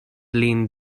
lin